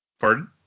pardon